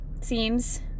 seems